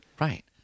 Right